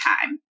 time